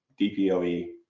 DPOE